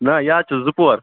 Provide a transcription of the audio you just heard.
نہٕ یہِ حظ چھُ زٕ پور